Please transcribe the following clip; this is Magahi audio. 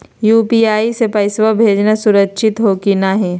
यू.पी.आई स पैसवा भेजना सुरक्षित हो की नाहीं?